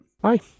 bye